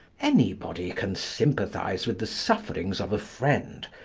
anybody can sympathise with the sufferings of a friend,